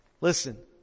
Listen